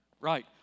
Right